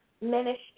Ministry